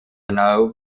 now